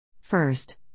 First